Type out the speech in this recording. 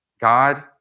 God